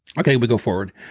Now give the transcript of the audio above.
okay. we go forward.